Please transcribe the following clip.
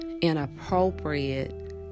inappropriate